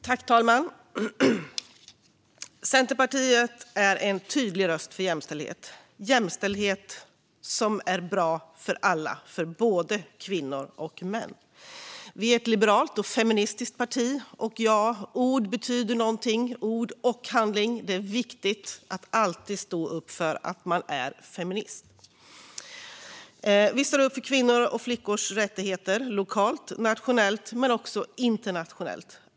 Fru talman! Centerpartiet är en tydlig röst för jämställdhet - en jämställdhet som är bra för alla, både kvinnor och män. Vi är ett liberalt och feministiskt parti, och ord och handling betyder någonting. Det är viktigt att alltid stå upp för att man är feminist. Vi står upp för kvinnors och flickors rättigheter lokalt och nationellt men också internationellt.